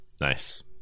nice